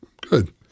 Good